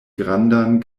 grandan